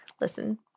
listen